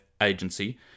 agency